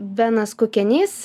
benas kukenys